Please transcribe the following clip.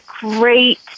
great